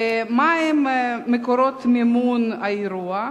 2. מה הם מקורות המימון של האירוע?